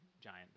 giant